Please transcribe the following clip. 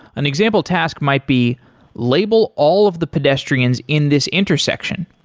an example task might be label all of the pedestrians in this intersection.